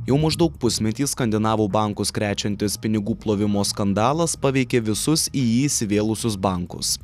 jau maždaug pusmetį skandinavų bankus krečiantis pinigų plovimo skandalas paveikė visus į jį įsivėlusius bankus